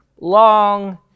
long